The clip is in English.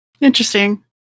Interesting